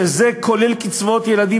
וזה כולל קצבאות ילדים,